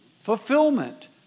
fulfillment